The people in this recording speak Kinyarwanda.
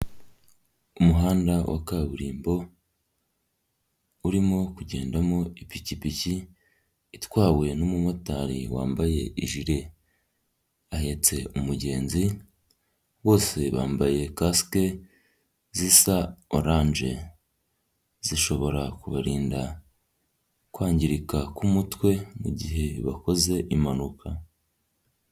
Umuhanda wa kaburimbo, urimo kugendamo ipikipiki itwawe n'umumotari wambaye ijire, ahetse umugenzi bose bambaye kasike zisa orange, zishobora kubarinda kwangirika kumutwe mugihe bakoze impanuka.